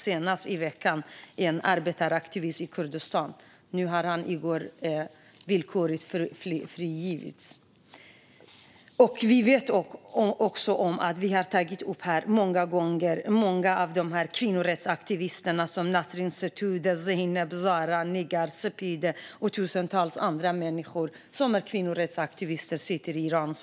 Senast i veckan fängslades en arbetaraktivist i Kurdistan. I går frigavs han villkorligt. Vi har många gånger här tagit upp kvinnorättsaktivister som Nasrin Sotoudeh, Zeyban, Zara, Nigar och Speideh och tusentals andra människor som sitter i fängelse i Iran.